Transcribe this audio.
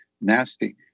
nasty